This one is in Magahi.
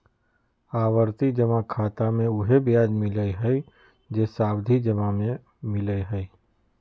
आवर्ती जमा खाता मे उहे ब्याज मिलय हइ जे सावधि जमा में मिलय हइ